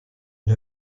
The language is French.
une